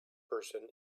person